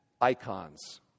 icons